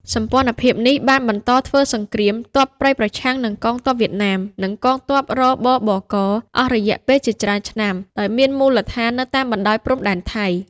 សម្ព័ន្ធភាពនេះបានបន្តធ្វើសង្គ្រាមទ័ពព្រៃប្រឆាំងនឹងកងទ័ពវៀតណាម និងកងទ័ព រ.ប.ប.ក. អស់រយៈពេលជាច្រើនឆ្នាំ ដោយមានមូលដ្ឋាននៅតាមបណ្ដោយព្រំដែនថៃ ។